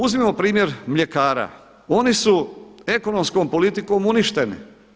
Uzmimo primjer mljekara, oni su ekonomskom politikom uništeni.